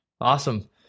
Awesome